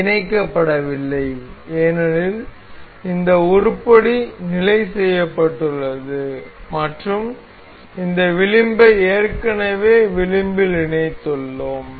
இது இணைக்கப்படவில்லை ஏனெனில் இந்த உருப்படி நிலை செய்யப்பட்டுள்ளது மற்றும் இந்த விளிம்பை ஏற்கனவே விளிம்பில் இணைத்துள்ளோம்